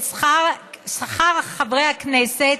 של שכר חברי הכנסת,